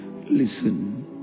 listen